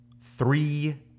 three